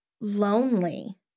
lonely